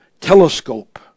telescope